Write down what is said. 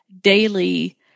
daily